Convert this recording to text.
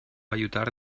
aiutare